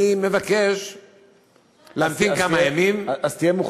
אתה מאיים עלי, הוא יהיה?